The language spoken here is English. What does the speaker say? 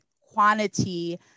quantity